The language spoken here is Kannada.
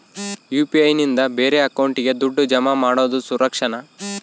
ಯು.ಪಿ.ಐ ನಿಂದ ಬೇರೆ ಅಕೌಂಟಿಗೆ ದುಡ್ಡು ಜಮಾ ಮಾಡೋದು ಸುರಕ್ಷಾನಾ?